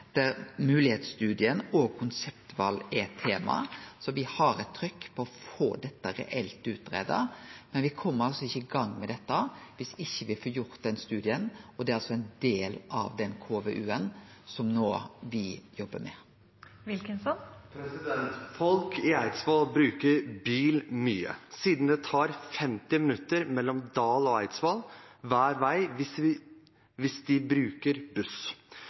der moglegheitsstudien og konseptval er tema. Så me har eit trykk på å få dette reelt utgreidd, men me kjem altså ikkje i gang med dette viss me ikkje får gjort den studien, og det er ein del av den KVU-en som me no jobbar med. Folk på Eidsvoll bruker bil mye, siden det tar 50 minutter mellom Dal og